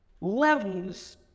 levels